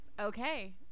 okay